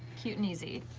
cute and easy.